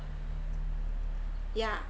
yeah